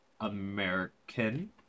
American